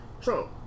Trump